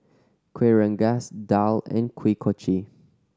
Kueh Rengas daal and Kuih Kochi